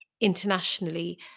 internationally